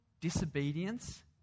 disobedience